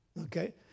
okay